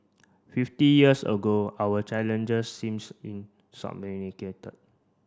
fifty years ago our challenges seems